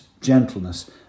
gentleness